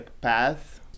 path